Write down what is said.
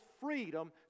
freedom